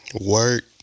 work